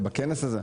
בכנס הזה,